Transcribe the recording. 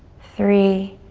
three,